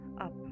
up